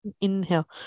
Inhale